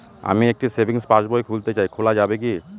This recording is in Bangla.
আমি একটি সেভিংস পাসবই খুলতে চাই খোলা যাবে কি?